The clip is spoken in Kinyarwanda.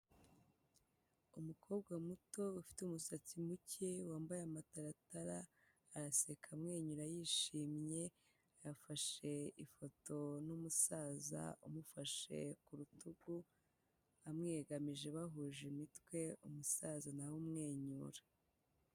Umukobwa muto, ufite umusatsi muke, wambaye amataratara, araseka amwenyura yishimye, yafashe ifoto n'umusaza umufashe ku rutugu, amwegamije bahuje imitwe, umusaza nawe amwenyura.